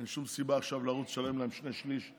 אין שום סיבה עכשיו לרוץ לשלם להם שני שלישים